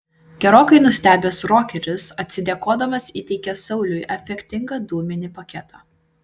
gerokai nustebęs rokeris atsidėkodamas įteikė sauliui efektingą dūminį paketą